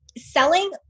Selling